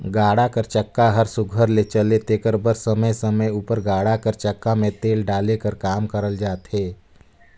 गाड़ा कर चक्का हर सुग्घर ले चले तेकर बर समे समे उपर गाड़ा कर चक्का मे तेल डाले कर काम करल जाथे